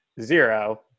zero